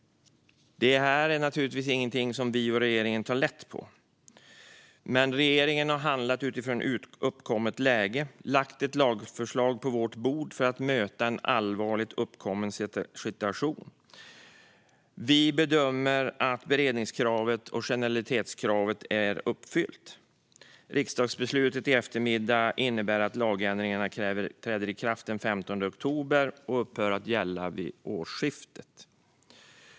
Detta är naturligtvis inte något som vi och regeringen tar lätt på. Men regeringen har handlat utifrån uppkommet läge och lagt ett lagförslag på vårt bord för att möta en allvarlig situation. Vi bedömer att beredningskravet och generalitetskraven är uppfyllda. Riksdagsbeslutet i eftermiddag innebär att lagändringarna träder i kraft den 15 oktober och upphör att gälla vid årsskiftet.